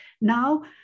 now